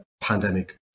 pandemic